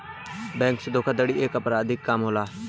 bank से धोखाधड़ी एक अपराधिक काम होला